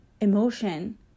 emotion